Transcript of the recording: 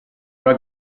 una